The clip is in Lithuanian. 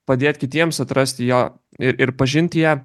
padėt kitiems atrasti ją ir ir pažint ją